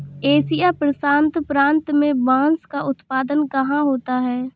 Asia प्रशांत प्रांत में बांस का उत्पादन कहाँ होता है?